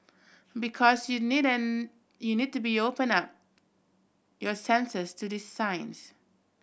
because you'd you need to open up your senses to these signs